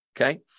okay